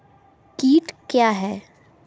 कीट क्या है?